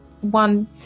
one